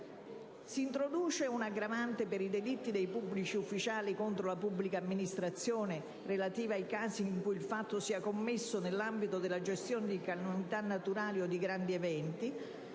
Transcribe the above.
Si introduce una aggravante per i delitti dei pubblici ufficiali contro la pubblica amministrazione relativa ai casi in cui il fatto sia commesso nell'ambito della gestione di calamità naturali o di grandi eventi.